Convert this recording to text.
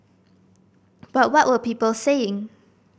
but what were people saying